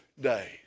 days